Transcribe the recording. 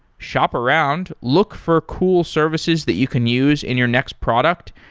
shop around, look for cool services that you can use in your next product,